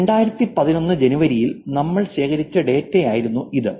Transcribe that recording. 2011 ജനുവരിയിൽ നമ്മൾ ശേഖരിച്ച ഡാറ്റയിലായിരുന്നു ഇത്